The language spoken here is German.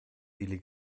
billy